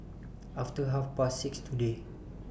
after Half Past six today